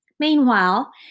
Meanwhile